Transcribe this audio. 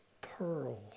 pearl